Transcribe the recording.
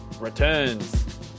returns